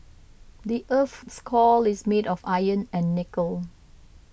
the earth's core is made of iron and nickel